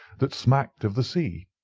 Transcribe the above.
that smacked of the sea.